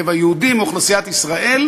רבע יהודי מאוכלוסיית ישראל,